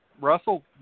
Russell